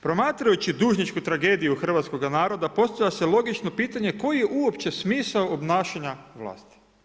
Promatrajući dužničku tragediju hrvatskoga naroda, postavlja se logično pitanje koji je uopće smisao obnašanja vlasti?